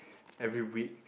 every week